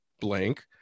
blank